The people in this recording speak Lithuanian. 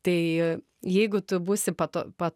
tai jeigu tu būsi pato pa